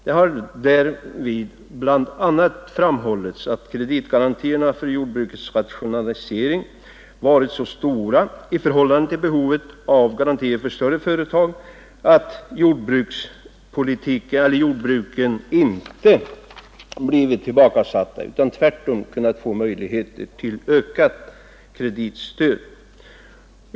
Det har därvid bl.a. framhållits att kreditgarantiramarna för jordbrukets rationalisering varit så stora i förhållande till behovet av garantier för större företag att familjejordbruken inte blivit tillbakasatta, utan tvärtom kunnat få möjlighet till ökat kreditstöd.